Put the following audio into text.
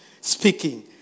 speaking